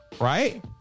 Right